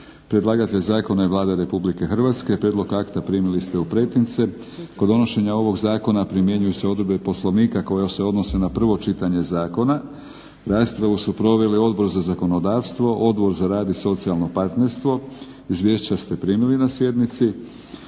Predlagatelj zakona je Vlada Republike Hrvatske. Prijedlog akta primili ste u pretince. Kod donošenja ovog zakona primjenjuju se odredbe Poslovnika koje se odnose na prvo čitanje zakona. Raspravu su proveli Odbor za zakonodavstvo, Odbor za rad i socijalno partnerstvo. Izvješća ste primili na sjednici.